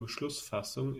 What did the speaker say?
beschlussfassung